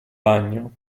bagno